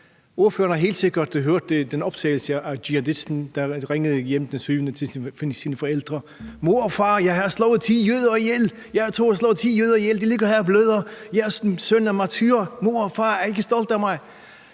Ordføreren har helt sikkert hørt den optagelse af jihadisten, der ringede hjem den 7. oktober til sine forældre og sagde: Mor og far, jeg har slået ti jøder ihjel. De ligger her og bløder. Jeres søn er martyr. Mor og far, er I ikke stolte af mig?